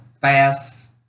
fast